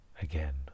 Again